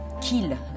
kill